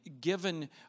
given